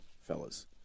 fellas